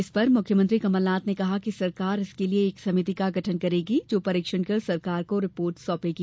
इस पर मुख्यमंत्री कमलनाथ ने कहा कि सरकार इसके लिए एक समिति का गठन करेगी जो परीक्षण कर सरकार को रिपोर्ट सौंपेगी